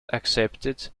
accepted